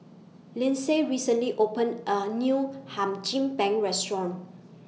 Lindsay recently opened A New Hum Chim Peng Restaurant